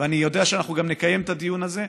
ואני יודע שאנחנו גם נקיים את הדיון הזה,